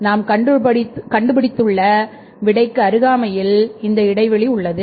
ஆகவே நாம் கண்டுபிடித்துள்ள விடைக்கு அருகாமையில் இந்த இடைவெளி உள்ளது